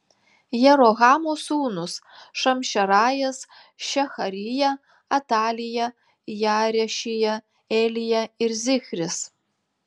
jerohamo sūnūs šamšerajas šeharija atalija jaarešija elija ir zichris